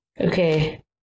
Okay